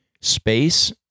space